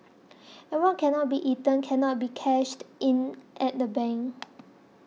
and what cannot be eaten cannot be cashed in at the bank